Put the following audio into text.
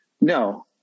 no